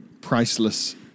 priceless